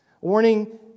Warning